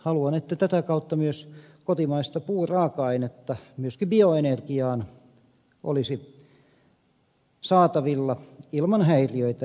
haluan että tätä kautta myös kotimaista puuraaka ainetta myöskin bioenergiaan olisi saatavilla ilman häiriöitä